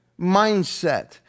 mindset